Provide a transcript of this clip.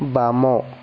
ବାମ